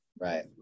right